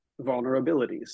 vulnerabilities